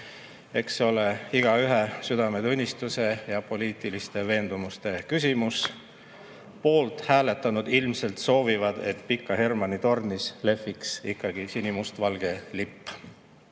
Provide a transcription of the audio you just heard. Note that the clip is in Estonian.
see ole igaühe südametunnistuse ja poliitiliste veendumuste küsimus. Poolt hääletanud ilmselt soovivad, et Pika Hermanni tornis lehviks ikkagi sinimustvalge